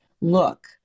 look